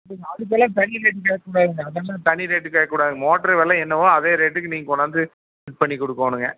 சரிங்க அதுக்கெல்லாம் தனி ரேட்டு கேட்கக் கூடாதுங்க அதுக்கெல்லாம் தனி ரேட்டு கேட்கக்கூடாதுங்க மோட்ரு வெலை என்னவோ அதே ரேட்டுக்கு நீங்கள் கொண்டாந்து ஃபிட் பண்ணி கொடுக்கோணுங்க